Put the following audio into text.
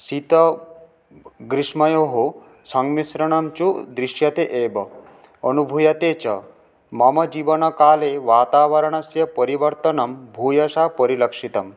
शीतग्रीष्मयोः सम्मिश्रणं च दृश्यते एव अनुभूयते च मम जीवनकाले वातावरणस्य परिवर्तनं भूयशः परिलक्षितं